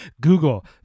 Google